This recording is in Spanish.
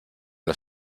los